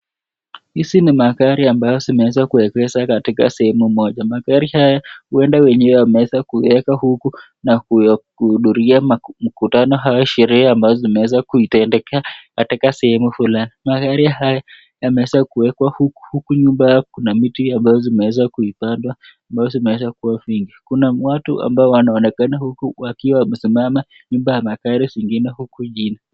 Hizi ni magari ambayo ambazo zimeekeshwa katika sehemu moja. Magari haya huenda wenye wameweza kuweka huku na kuyahudhuria mkutano au sherehe ambazo imeweza kuitendekea katika sehemu fulani. Magari hayo yameweza kuwekwa huku nyumba kuna miti ambazo zimeweza kuipandwa ambazo zimeweza kuwa vingi, Kuna watu ambao wanaonekana wamesimama nyumba ya magari ziko huku chini.